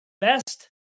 best